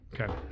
Okay